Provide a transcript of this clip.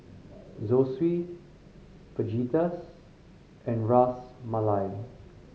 Zosui Fajitas and Ras Malai